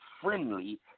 friendly